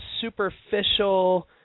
Superficial